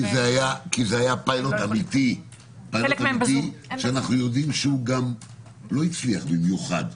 זה היה פילוט אמיתי שלא הצליח במיוחד.